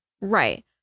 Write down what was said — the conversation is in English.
Right